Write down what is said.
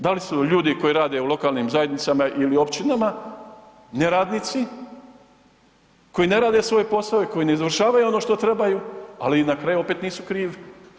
Da li su ljudi koji rade u lokalnim zajednicama ili općinama neradnici koji ne rade svoj posao i koji ne izvršavaju ono što trebaju, ali na kraju opet nisu krivi.